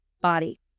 body